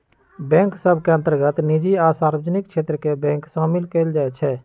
bank सभ के अंतर्गत निजी आ सार्वजनिक क्षेत्र के बैंक सामिल कयल जाइ छइ